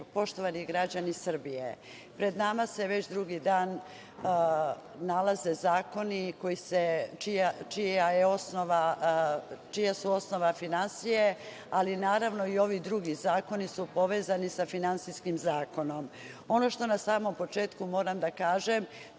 poštovani građani Srbije. Pred nama se već drugi dan nalaze zakoni čija su osnova finansije, ali naravno i ovi drugi zakoni su povezani sa finansijskim zakonom. Ono što na samom početku moram da kažem